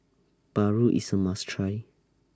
Paru IS A must Try